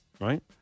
right